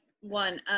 one